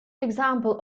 example